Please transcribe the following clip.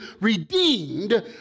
redeemed